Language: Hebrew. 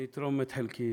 אני אתרום את חלקי